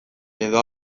edo